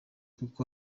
kuko